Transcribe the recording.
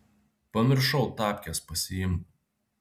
pamiršau tapkes pasiimt